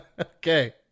Okay